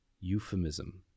euphemism